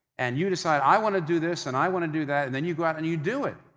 and you decide, i want to do this, and i want to do that, and then, you go out and you do it.